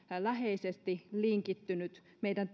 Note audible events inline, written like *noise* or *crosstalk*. läheisesti linkittynyt meidän *unintelligible*